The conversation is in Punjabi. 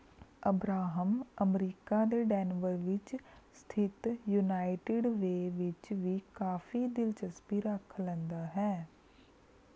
ਅਬਰਾਹਮ ਅਮਰੀਕਾ ਦੇ ਡੈਨਵਰ ਵਿੱਚ ਸਥਿਤ ਯੂਨਾਈਟਿਡ ਵੇਅ ਵਿੱਚ ਵੀ ਕਾਫ਼ੀ ਦਿਲਚਸਪੀ ਰੱਖ ਲੈਂਦਾ ਹੈ